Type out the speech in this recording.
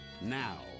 now